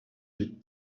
est